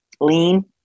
lean